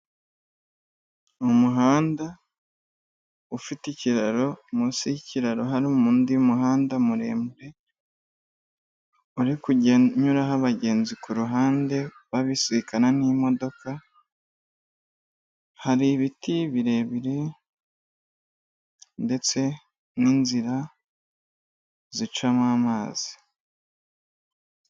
Ni umuhanda ufite ikiraro, munsi y'ikiraro harimo undi muhanda muremure, uri kugenda unyuraho abagenzi ku ruhande babisikana n'imodoka, hari ibiti birebire ndetse n'inzira zicamo amazi.